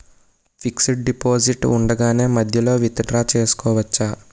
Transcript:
Fixed deposit ఉండగానే మధ్యలో withdraw చేసుకోవచ్చా?